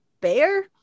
bear